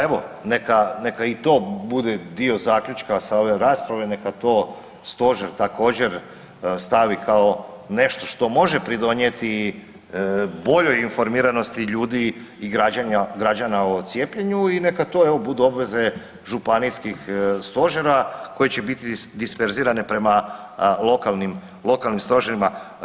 Pa evo, neka i to bude dio zaključka sa ove rasprave, neka to stožer također stavi kao nešto što može pridonijeti boljoj informiranosti ljudi i građana o cijepljenju i neka to evo obveze županijskih stožera koje će biti disperzirane prema lokalnih stožerima.